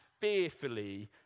fearfully